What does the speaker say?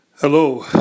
Hello